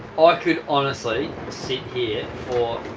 ah i could honestly sit here for